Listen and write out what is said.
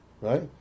Right